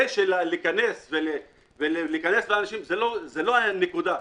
להיכנס לבית האנשים זה לא הנקודה.